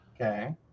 okay